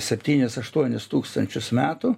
septynis aštuonis tūkstančius metų